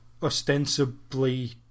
ostensibly